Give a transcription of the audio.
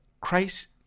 Christ